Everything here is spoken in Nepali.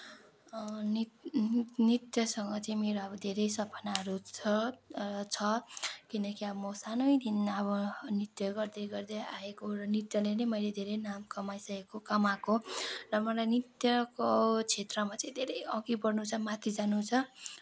नि नृत्यसँग चाहिँ अब मेरो धेरै सपनाहरू छ छ किनकि अब म सानैदेखि अब नृत्य गर्दै गर्दै आएको र नृत्यले नै मैले धेरै नाम कमाइसकेको कमाएको र मलाई नृत्यको क्षेत्रमा चाहिँ धेरै अघि बढनु छ माथि जानु छ